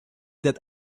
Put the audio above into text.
that